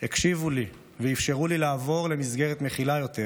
הקשיבו לי ואפשרו לי לעבור למסגרת מכילה יותר,